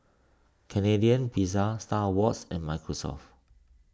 Canadian Pizza Star Awards and Microsoft